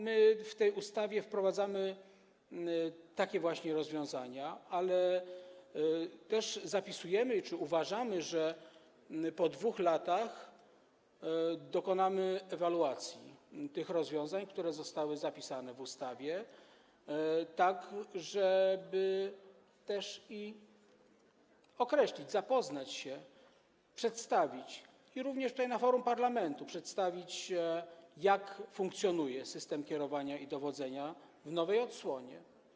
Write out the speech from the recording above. My w tej ustawie wprowadzamy takie właśnie rozwiązania, ale też zapisujemy to czy uważamy, że po 2 latach dokonamy ewaluacji tych rozwiązań, które zostały zapisane w ustawie, tak żeby też określić, zapoznać się, przedstawić również tutaj na forum parlamentu, jak funkcjonuje system kierowania i dowodzenia w nowej odsłonie.